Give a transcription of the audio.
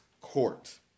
court